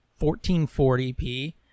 1440p